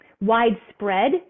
widespread